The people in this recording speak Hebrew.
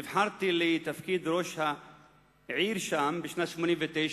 נבחרתי לתפקיד ראש העיר שם בשנת 1989,